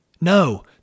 no